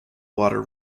water